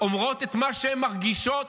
אומרות את מה שהן מרגישות,